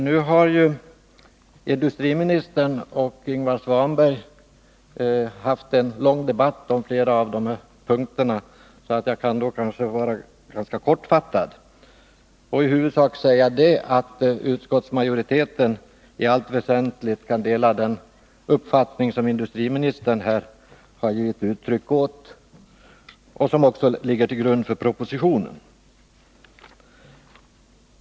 Nu har industriministern och Ingvar Svanberg haft en lång debatt om flera av dessa punkter, så jag kan kanske vara ganska kortfattad och i huvudsak bara säga att utskottsmajoriteten i allt väsentligt delar den uppfattning som industriministern här har givit uttryck åt och som också ligger till grund för propositionen.